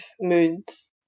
moods